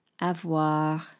avoir